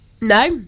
No